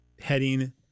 heading